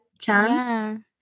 chance